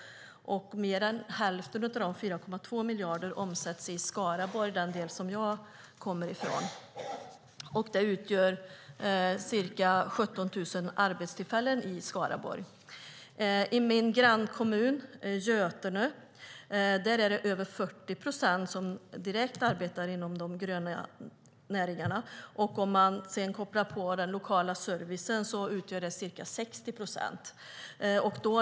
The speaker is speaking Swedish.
Mer än hälften, 4,2 miljarder, omsätts i Skaraborg, den del som jag kommer ifrån. Det utgör ca 17 000 arbetstillfällen i Skaraborg. I min grannkommun Götene är det över 40 procent som direkt arbetar inom de gröna näringarna. Om man kopplar på den lokala servicen är det ca 60 procent.